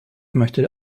möchte